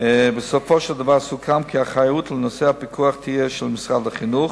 בסופו של דבר סוכם כי האחריות לנושא הפיקוח תהיה של משרד החינוך,